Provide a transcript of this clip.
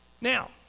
Now